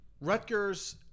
rutgers